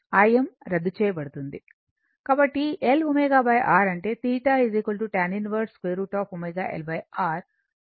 కాబట్టి L ω R అంటేθ tan 1 √ωL R